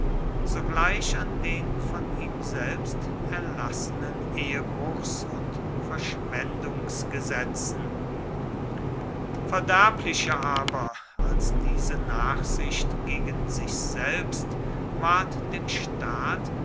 sogleich an den von ihm selbst erlassenen ehebruchs und verschwendungsgesetzen verderblicher aber als diese nachsicht gegen sich selbst ward dem staat